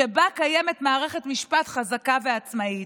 שבה קיימת מערכת משפט חזקה ועצמאית.